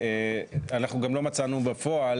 אנחנו גם לא מצאנו בפועל